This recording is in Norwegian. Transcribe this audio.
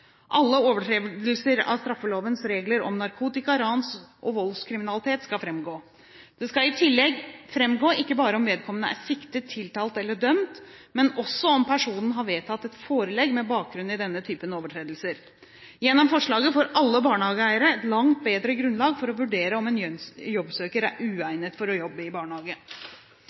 Alle overtredelser av straffelovens regler om narkotika-, rans- og voldskriminalitet skal framgå. Det skal i tillegg framgå ikke bare om vedkommende er siktet, tiltalt eller dømt, men også om personen har vedtatt et forelegg med bakgrunn i denne type overtredelser. Gjennom forslaget får alle barnehageeiere et langt bedre grunnlag for å vurdere om en jobbsøker er uegnet for å jobbe i barnehage.